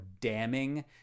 damning